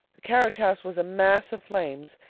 the carriage house was a mass of flames,